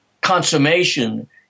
consummation